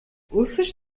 өлсөж